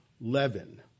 Levin